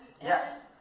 Yes